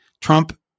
Trump